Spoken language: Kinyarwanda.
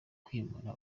kwimura